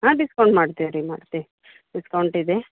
ಹಾಂ ಡಿಸ್ಕೌಂಟ್ ಮಾಡ್ತೀವಿ ರೀ ಮಾಡ್ತೀವಿ ಡಿಸ್ಕೌಂಟ್ ಇದೆ